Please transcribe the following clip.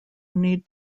need